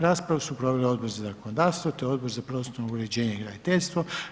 Raspravu su proveli Odbor za zakonodavstvo te Odbor za prostorno uređenje i graditeljstvo.